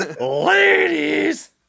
Ladies